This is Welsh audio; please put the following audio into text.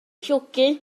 llwgu